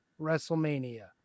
WrestleMania